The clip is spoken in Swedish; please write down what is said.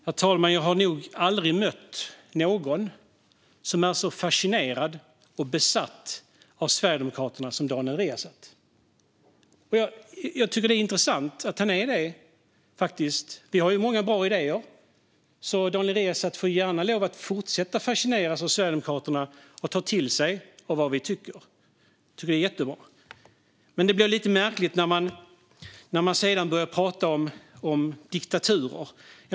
Herr talman! Jag har nog aldrig mött någon som är så fascinerad och besatt av Sverigedemokraterna som Daniel Riazat. Jag tycker faktiskt att det är intressant att han är det. Vi har dock många bra idéer, så Daniel Riazat får gärna lov att fortsätta fascineras av Sverigedemokraterna och ta till sig av vad vi tycker. Det är jättebra. Men det blir lite märkligt när han sedan börjar prata om diktaturer.